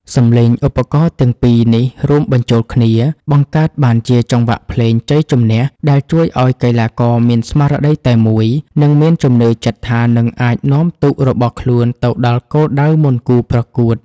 សំឡេងឧបករណ៍ទាំងពីរនេះរួមបញ្ចូលគ្នា បង្កើតបានជាចង្វាក់ភ្លេងជ័យជំនះ ដែលជួយឱ្យកីឡាករមានស្មារតីតែមួយ និងមានជំនឿចិត្តថានឹងអាចនាំទូករបស់ខ្លួនទៅដល់គោលដៅមុនគូប្រកួត។